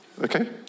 Okay